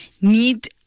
Need